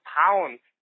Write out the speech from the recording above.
pounds